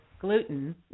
gluten